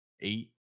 eight